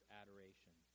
adoration